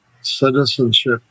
citizenship